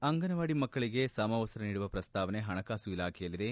ಅಂಗನವಾಡಿ ಮಕ್ಕಳಿಗೆ ಸಮವನ್ನ ನೀಡುವ ಪ್ರಸ್ತಾವನೆ ಪಣಕಾಸು ಇಲಾಖೆಯಲ್ಲಿದೆ